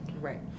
right